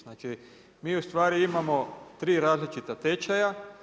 Znači, mi u stvari imamo tri različita tečaja.